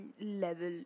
level